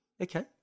okay